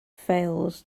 fails